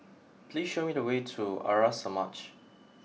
please show me the way to Arya Samaj